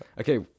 Okay